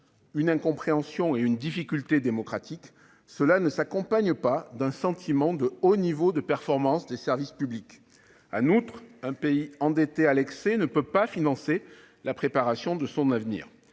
une incompréhension et une difficulté démocratique -, cela ne s'accompagne pas d'un haut niveau ressenti de performance des services publics. En outre, un pays endetté à l'excès ne peut pas financer la préparation de son avenir.